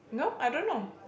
no I don't know